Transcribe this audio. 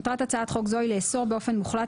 מטרת הצעת חוק זו היא לאסור באופן מוחלט